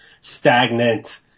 stagnant